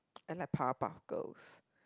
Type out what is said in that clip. I like Powepuff-Girls